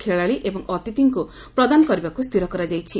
ଖଳାଳି ଏବଂ ଅତିଥିଙ୍କୁ ପ୍ରଦାନ କରିବାକୁ ସ୍ଥିର କରାଯାଇଛି